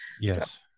Yes